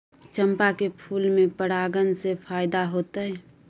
चंपा के फूल में परागण से फायदा होतय?